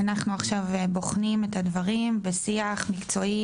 אנחנו עכשיו בוחנים את הדברים בשיח מקצועי